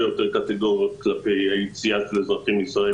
יותר קטגוריות כלפי היציאה של אזרחים ישראלים.